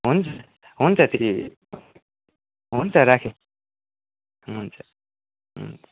हुन्छ हुन्छ त्यही हुन्छ राखेँ हुन्छ हुन्छ